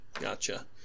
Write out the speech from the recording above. Gotcha